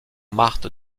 marthe